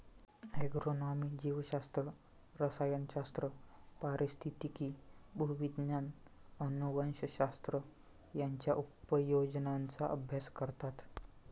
agronomy जीवशास्त्र, रसायनशास्त्र, पारिस्थितिकी, भूविज्ञान, अनुवंशशास्त्र यांच्या उपयोजनांचा अभ्यास करतात